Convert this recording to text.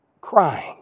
crying